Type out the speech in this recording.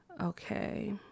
Okay